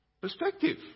perspective